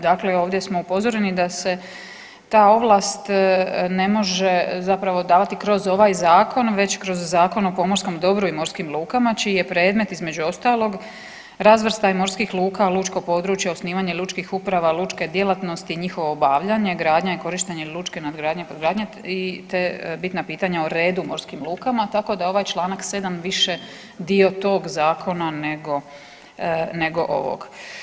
Dakle, ovdje smo upozoreni da se ta ovlast ne može davati kroz ovaj zakon već kroz Zakon o pomorskom dobru i morskim lukama čiji je predmet između ostalog razvrstaj morskih luka, lučko područje, osnivanje lučkih uprava, lučke djelatnosti i njihovo obavljanje, gradnja i korištenje lučke nadgradnje … i te bitna pitanja o redu u morskim lukama, tako da ovaj čl. 7.više dio tog zakona nego ovog.